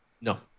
No